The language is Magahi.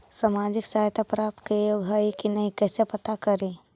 सामाजिक सहायता प्राप्त के योग्य हई कि नहीं कैसे पता करी?